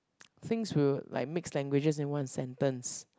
things will like mix languages in one sentence